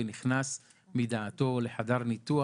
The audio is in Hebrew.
ונכנס מדעתו לחדר ניתוח,